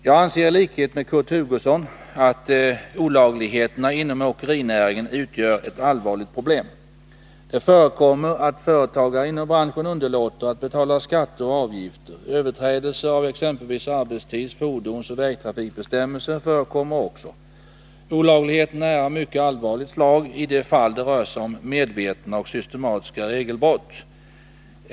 Jag anser, i likhet med Kurt Hugosson, att olagligheterna inom åkerinäringen utgör ett allvarligt problem. Det förekommer att företagare inom branschen underlåter att betala skatter och avgifter. Överträdelser av exempelvis arbetstids-, fordonsoch vägtrafikbestämmelser förekommer också. Olagligheterna är av mycket allvarligt slag i de fall det rör sig om medvetna och systematiska regelbrott.